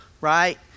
right